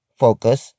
focus